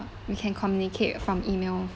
we can communicate from email